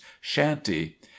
shanty